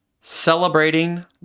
celebrating